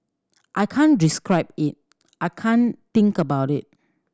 I can't describe it I can't think about it